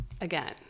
again